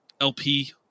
LP